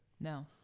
No